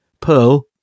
Pearl